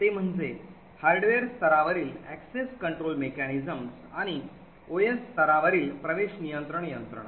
ते म्हणजे हार्डवेअर स्तरावरील access control mechanisms आणि OS स्तरावरील access control mechanism